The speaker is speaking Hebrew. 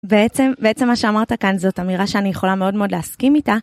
בעצם, בעצם מה שאמרת כאן זאת אמירה שאני יכולה מאוד מאוד להסכים איתה.